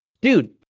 dude